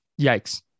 Yikes